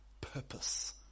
purpose